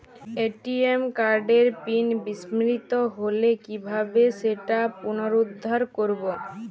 ATM কার্ডের pin বিস্মৃত হলে কীভাবে সেটা পুনরূদ্ধার করব?